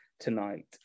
tonight